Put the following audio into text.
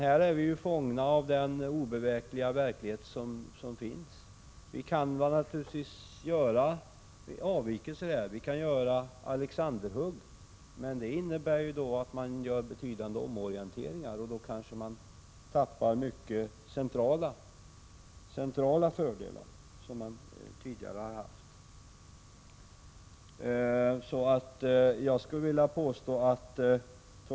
Vi är fångna i den obevekliga verklighet som råder. Naturligvis kan vi göra avvikelser — vi kan göra alexandershugg — men det innebär att man gör betydande omorienteringar, och då går kanske centrala fördelar som man tidigare haft förlorade. Men trots allt skulle jag vilja påstå att vi inom Prot.